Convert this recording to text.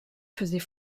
faisait